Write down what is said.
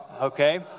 Okay